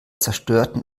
zerstörten